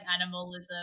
animalism